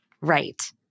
Right